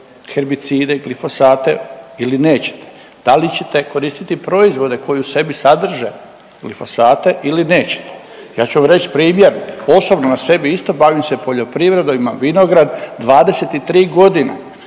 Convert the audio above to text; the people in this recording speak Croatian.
herbicide i glifosate ili nećete, da li ćete koristiti proizvode koji u sebi sadrže glifosate ili nećete. Ja ću vam reć primjer osobno na sebi isto, bavim se poljoprivredom, imam vinograd 23.g.,